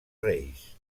reis